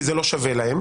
כי זה לא שווה להם,